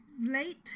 late